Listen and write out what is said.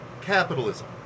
capitalism